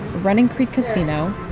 running creek casino.